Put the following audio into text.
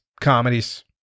comedies